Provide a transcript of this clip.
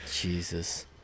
Jesus